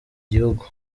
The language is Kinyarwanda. gihugu